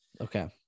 Okay